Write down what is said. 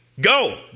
Go